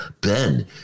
Ben